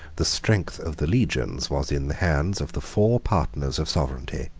the strength of the legions was in the hands of the four partners of sovereignty,